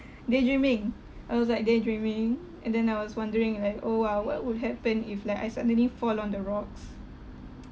daydreaming I was like daydreaming and then I was wondering like oh !wow! what would happen if like I suddenly fall on the rocks